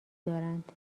دارند